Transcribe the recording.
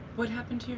what happened to your